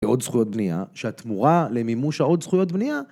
ועוד זכויות בנייה, שהתמורה למימוש העוד זכויות בנייה...